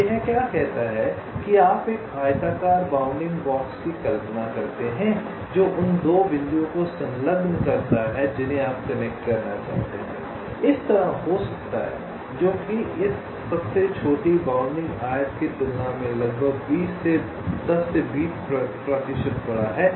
तो यह क्या कहता है कि आप एक आयताकार बाउंडिंग बॉक्स की कल्पना करते हैं जो उन 2 बिंदुओं को संलग्न करता है जिन्हें आप कनेक्ट करना चाहते हैं इस तरह हो सकता है जो कि इस सबसे छोटी बाउंडिंग आयत की तुलना में लगभग 10 से 20 प्रतिशत बड़ा है